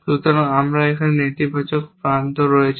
সুতরাং আমার এখানে নেতিবাচক প্রান্ত রয়েছে